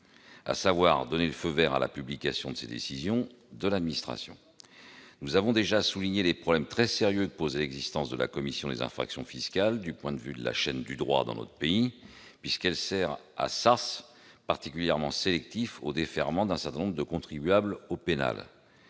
: donner le feu vert à la publication des décisions de l'administration. Nous avons déjà souligné des problèmes très sérieux que posait l'existence de la commission des infractions fiscales du point de vue de la chaîne du droit dans notre pays. Cette commission sert de sas particulièrement sélectif au déferrement d'un certain nombre de contribuables au pénal.